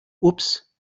ups